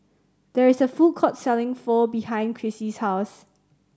there is a food court selling Pho behind Krissy's house